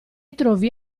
trovi